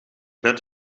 net